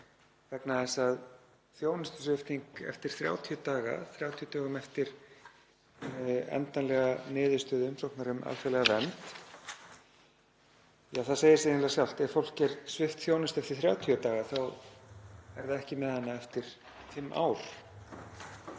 vegna þess að þjónustusvipting eftir 30 daga, 30 dögum eftir endanlega niðurstöðu umsóknar um alþjóðlega vernd — ja, það segir sig eiginlega sjálft. Ef fólk er svipt þjónustu eftir 30 daga þá er það ekki með hana eftir fimm ár.